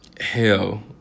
Hell